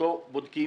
שבמסגרתו בודקים